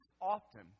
often